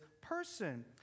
person